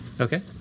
Okay